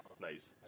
Nice